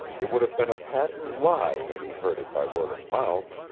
it would have been a patent lie had he heard it by word of mouth.